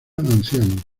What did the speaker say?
ancianos